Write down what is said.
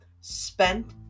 Spent